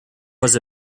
was